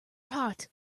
pot